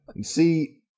See